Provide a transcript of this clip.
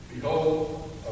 Behold